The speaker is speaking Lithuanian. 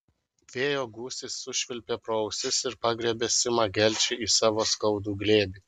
vėjo gūsis sušvilpė pro ausis ir pagriebė simą gelčį į savo skaudų glėbį